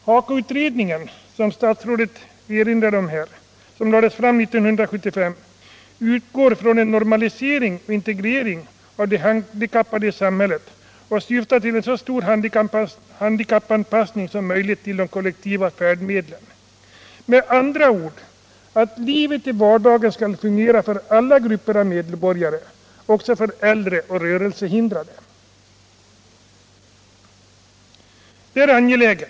HAKO-utredningen, som statrådet erinrade om och som lades fram 1975, utgår från en normalisering och integrering av de handikappade i samhället och syftar till en så stor handikappanpassning som möjligt av de kollektiva färdmedlen. Vardagslivet skall med andra ord fungera för alla grupper av medborgare, också för äldre och rörelsehindrade.